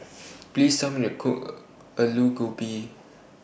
Please Tell Me to Cook Alu Gobi